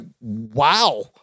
wow